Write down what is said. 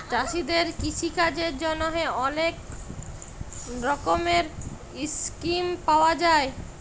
চাষীদের কিষিকাজের জ্যনহে অলেক রকমের ইসকিম পাউয়া যায়